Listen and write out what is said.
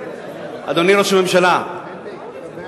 אדוני ראש הממשלה,